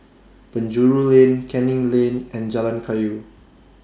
Penjuru Lane Canning Lane and Jalan Kayu